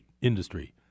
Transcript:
industry